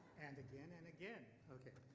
and again and again, okay.